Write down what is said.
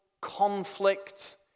conflict